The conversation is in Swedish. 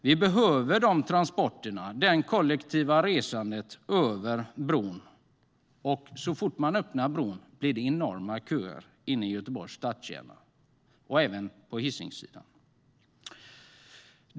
Vi behöver dessa transporter och detta kollektiva resande över bron. Men så fort man öppnar bron blir det enorma köer inne i Göteborgs stadskärna och även på Hisingssidan.